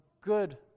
good